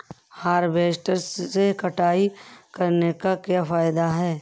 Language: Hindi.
हार्वेस्टर से कटाई करने से क्या फायदा है?